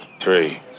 three